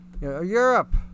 Europe